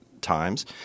times